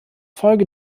folge